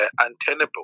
untenable